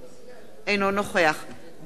אינו נוכח דן מרידור,